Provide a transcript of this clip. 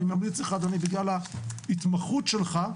ואני ממליץ לך אדוני, בגלל ההתמחות שלך,